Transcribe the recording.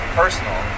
personal